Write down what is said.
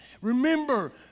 Remember